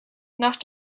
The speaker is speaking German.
nach